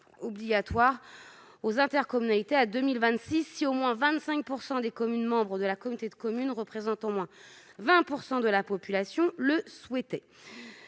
obligatoire- aux intercommunalités à 2026 si « au moins 25 % des communes membres de la communauté de communes représentant au moins 20 % de la population » le souhaitent.